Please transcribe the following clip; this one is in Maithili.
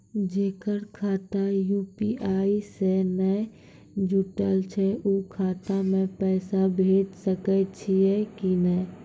जेकर खाता यु.पी.आई से नैय जुटल छै उ खाता मे पैसा भेज सकै छियै कि नै?